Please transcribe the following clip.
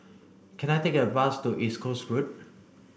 can I take a bus to East Coast Road